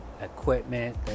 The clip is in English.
equipment